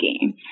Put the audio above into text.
game